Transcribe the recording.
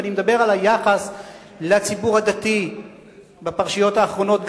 ואני מדבר על היחס לציבור הדתי בפרשיות האחרונות,